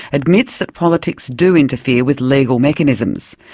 admits that politics do interfere with legal mechanisms,